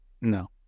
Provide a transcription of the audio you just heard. No